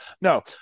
No